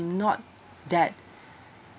not that